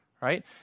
right